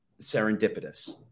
serendipitous